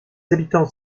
habitants